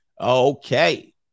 Okay